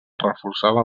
reforçada